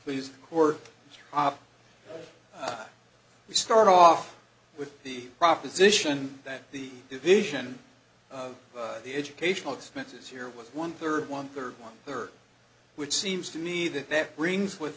please or we start off the proposition that the division of the educational expenses here with one third one third one third which seems to me that that brings with